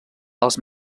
els